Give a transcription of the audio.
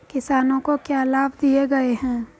किसानों को क्या लाभ दिए गए हैं?